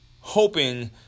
hoping